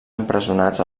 empresonats